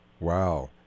Wow